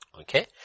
Okay